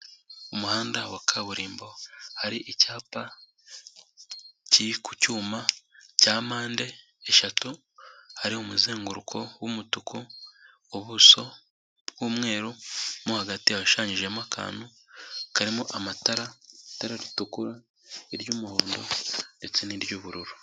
Umuhanda wa kaburimbo, aho hari icyapa kiri ku cyuma cya mpande eshatu, hari umuzenguruko w'umutuku ubuso bw'umweru, mo hagati hashushanyijemo akantu karimo amatara, itara ritukura iry'umuhondo ndetse n'iry'ubururu.